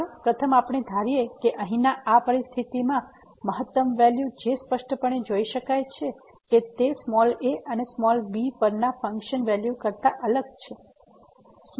ચાલો પ્રથમ આપણે ધારીએ કે અહીંની આ પરિસ્થિતિમાં મહત્તમ વેલ્યુ જે સ્પષ્ટપણે જોઇ શકાય છે કે તે a અને b પરના ફંકશન વેલ્યુ કરતા અલગ છે